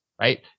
right